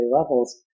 levels